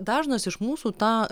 dažnas iš mūsų tą